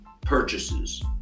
purchases